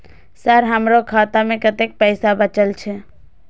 Sir हमरो खाता में कतेक पैसा बचल छे?